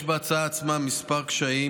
יש בהצעה עצמה כמה קשיים,